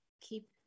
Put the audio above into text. keep